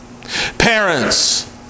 parents